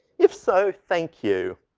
if so, thank you.